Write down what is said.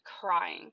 crying